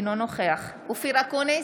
אינו נוכח אופיר אקוניס,